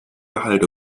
gehalt